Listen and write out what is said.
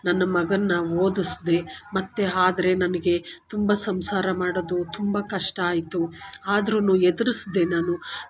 ನನ್ನ ಮಗನ್ನ ಓದಿಸ್ದೇ ಮತ್ತು ಆದ್ರೆ ನನಗೆ ತುಂಬ ಸಂಸಾರ ಮಾಡೋದು ತುಂಬ ಕಷ್ಟ ಆಯಿತು ಆದ್ರೂ ಎದುರಿಸ್ದೇ ನಾನು